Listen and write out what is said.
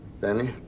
Danny